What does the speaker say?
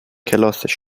کلاسش